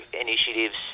initiatives